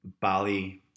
Bali